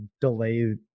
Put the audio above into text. delay